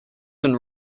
and